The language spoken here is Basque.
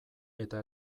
eta